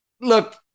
look